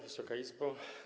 Wysoka Izbo!